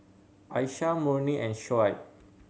Aisyah Murni and Shoaib